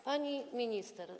Pani Minister!